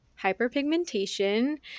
hyperpigmentation